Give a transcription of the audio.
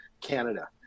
Canada